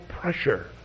pressure